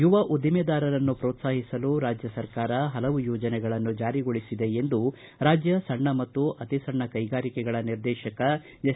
ಯುವ ಉದ್ಲಿಮೆದಾರರನ್ನು ಪೋತ್ತಾಹಿಸಲು ರಾಜ್ಯ ಸರ್ಕಾರ ಹಲವು ಯೋಜನೆಗಳನ್ನು ಜಾರಿಗೊಳಿಸಿದೆ ಎಂದು ರಾಜ್ಯ ಸಣ್ಣ ಮತ್ತು ಅತಿ ಸಣ್ಣ ಕೈಗಾರಿಕೆಗಳ ನಿರ್ದೇಶನಾಲಯದ ನಿರ್ದೇಶಕ ಎಸ್